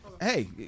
hey